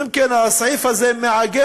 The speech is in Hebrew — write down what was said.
אם כן, הסעיף הזה מעגן